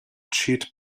cheat